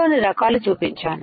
లో ని రకాలు చూపించాను